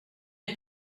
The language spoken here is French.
est